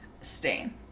stain